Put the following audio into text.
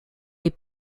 les